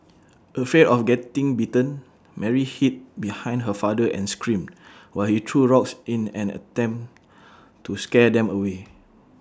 afraid of getting bitten Mary hid behind her father and screamed while he threw rocks in an attempt to scare them away